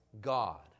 God